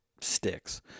sticks